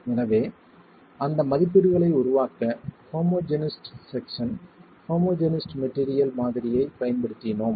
எனவே அந்த மதிப்பீடுகளை உருவாக்க ஹோமோஜெனிஸிட் செக்சன் ஹோமோஜெனிஸிட் மெட்டீரியல் மாதிரியைப் பயன்படுத்தினோம்